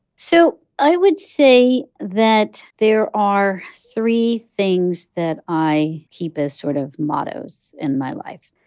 so i would say that there are three things that i keep as sort of mottos in my life.